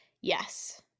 Yes